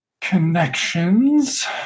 connections